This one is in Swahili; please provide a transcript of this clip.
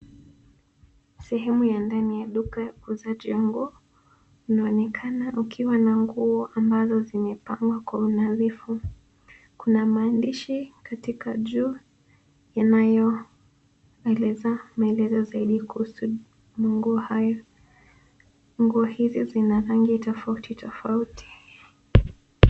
Sehemu ya ndani ya duka ya ukuzaji nguo. Unaonekana ukiwa na nguo ambazo zimepangwa kwa unadhifu. Kuna maandishi katika juu yanayoeleza maelezo zaidi kuhusu manguo hayo. Nguo hizi zina rangi tofauti tofauti.